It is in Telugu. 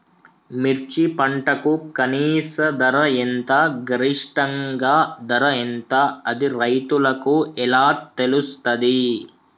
మిర్చి పంటకు కనీస ధర ఎంత గరిష్టంగా ధర ఎంత అది రైతులకు ఎలా తెలుస్తది?